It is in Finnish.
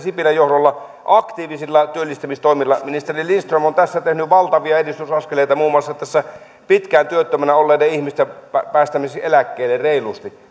sipilän johdolla aktiivisilla työllistämistoimilla ministeri lindström on tässä tehnyt valtavia edistysaskeleita muun muassa tässä pitkään työttömänä olleiden ihmisten päästämisessä eläkkeelle reilusti